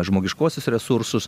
žmogiškuosius resursus